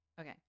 okay